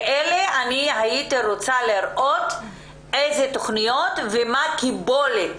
הייתי רוצה לראות איזה תכניות ומה קיבולת